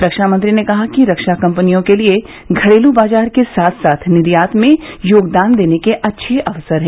रक्षा मंत्री ने कहा कि रक्षा कंपनियों के लिए घरेलू बाजार के साथ साथ निर्यात में योगदान के लिए अच्छे अवसर है